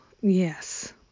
Yes